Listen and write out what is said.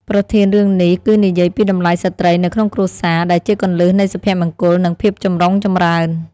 ប្រធានរឿងនេះគឺនិយាយពីតម្លៃស្ត្រីនៅក្នុងគ្រួសារ ដែលជាគន្លឹះនៃសុភមង្គល និងភាពចម្រុងចម្រើន។